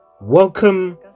welcome